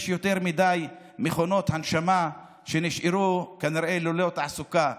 יש יותר מדי מכונות הנשמה שנשארו כנראה ללא תעסוקה,